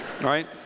Right